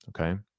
okay